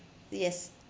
yes